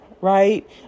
right